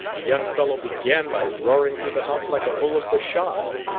the young fellow began by roaring through the house like a bull of bashan,